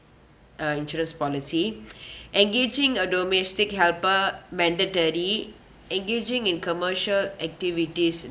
uh insurance policy engaging a domestic helper mandatory engaging in commercial activities